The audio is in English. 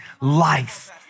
life